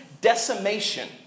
decimation